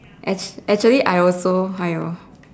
act~ actually I also !haiyo!